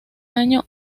año